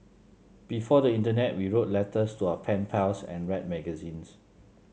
before the internet we wrote letters to our pen pals and read magazines